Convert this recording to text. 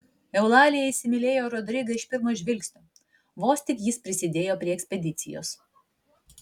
eulalija įsimylėjo rodrigą iš pirmo žvilgsnio vos tik jis prisidėjo prie ekspedicijos